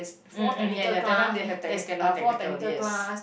um um ya ya that time they have technical and non technical yes